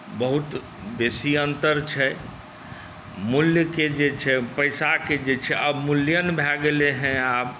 बहुत बेसी अन्तर छै मूल्यके जे छै पैसाके जे छै अवमूल्यन भए गेलै हेँ आब